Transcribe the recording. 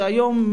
כשהיום,